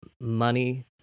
money